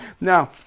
Now